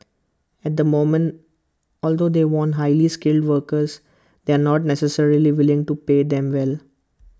at the moment although they want highly skilled workers they are not necessarily willing to pay them well